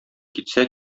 китсә